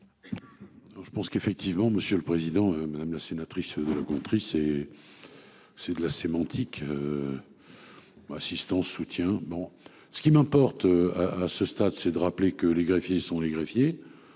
je pense qu'effectivement Monsieur le Président Madame la sénatrice de la country c'est. C'est de la sémantique. Assistance soutient, bon ce qui m'importe. À ce stade c'est de rappeler que les greffiers sont les greffiers.